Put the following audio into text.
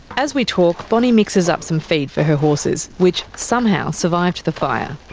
as we talk, bonny mixes up some feed for her horses, which somehow survived the fire.